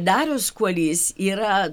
darius kuolys yra